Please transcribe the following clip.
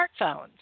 smartphones